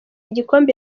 igikombe